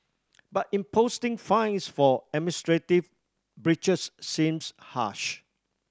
but imposing fines for administrative breaches seems harsh